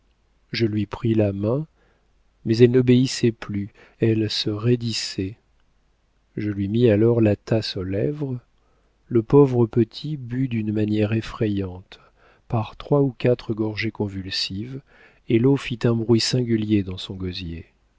je lui pris la main mais elle n'obéissait plus elle se roidissait je lui mis alors la tasse aux lèvres le pauvre petit but d'une manière effrayante par trois ou quatre gorgées convulsives et l'eau fit un bruit singulier dans son gosier